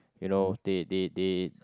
you know they they they